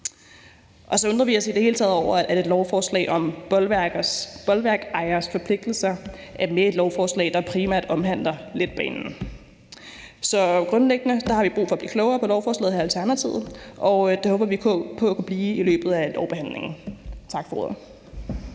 Så undrer vi os i det hele taget over, at et lovforslag om bolværkejeres forpligtelser er med i et lovforslag, der primært omhandler letbanen. Så grundlæggende har vi brug for at blive klogere på lovforslaget her i Alternativet, og det håber vi på at kunne blive i løbet af lovbehandlingen. Tak for ordet.